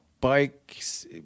Bikes